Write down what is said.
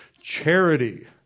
Charity